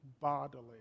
bodily